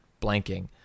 blanking